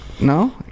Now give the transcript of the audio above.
no